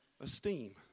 esteem